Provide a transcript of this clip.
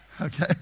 Okay